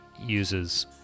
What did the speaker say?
uses